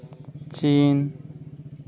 China